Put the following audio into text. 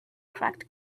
cracked